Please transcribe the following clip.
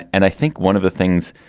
and i think one of the things,